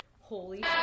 holy